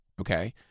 okay